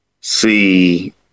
see